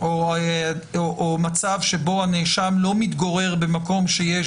או מצב שבו הנאשם לא מתגורר במקום שיש